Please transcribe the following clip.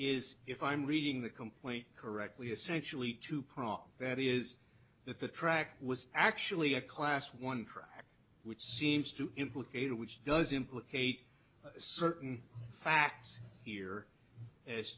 is if i'm reading the complaint correctly essentially two part that is that the track was actually a class one prior which seems to implicate which does implicate certain facts here